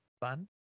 fun